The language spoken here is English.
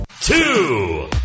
Two